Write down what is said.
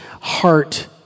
heart